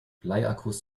bleiakkus